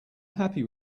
happy